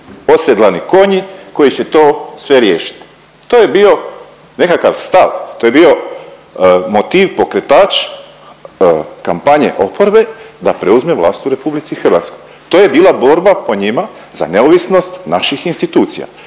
osedlani konji koji će to sve riješiti. To je bio nekakav stav, to je bio motiv pokretač kampanje oporbe da preuzme vlast u RH, to je bila borba po njima za neovisnost naših institucija.